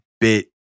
bit